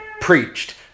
preached